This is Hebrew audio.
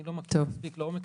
אני לא מכיר את זה מספיק לעומק.